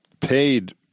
paid